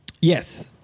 Yes